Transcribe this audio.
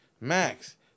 Max